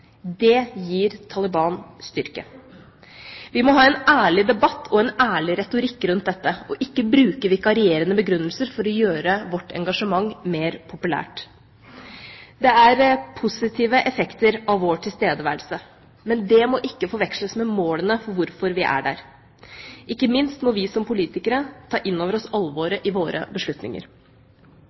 Det gir Taliban styrke. Vi må ha en ærlig debatt og en ærlig retorikk rundt dette, og ikke bruke vikarierende begrunnelser for å gjøre vårt engasjement mer populært. Det er positive effekter av vår tilstedeværelse, men dét må ikke forveksles med målene for hvorfor vi er der. Ikke minst må vi som politikere ta inn over oss alvoret i våre beslutninger.